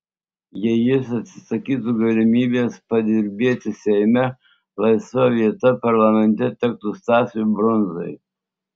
jei jis atsisakytų galimybės padirbėti seime laisva vieta parlamente tektų stasiui brundzai